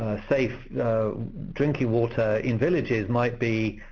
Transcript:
safe drinking water in villages might be